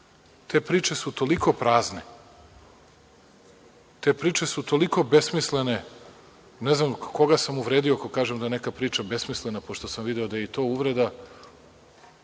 Te priče su toliko prazne , te priče su toliko besmislene. Ne znam koga sam uvredio ako kažem da je neka priča besmislena, pošto sam video da je i to uvreda,